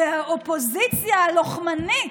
והאופוזיציה הלוחמנית,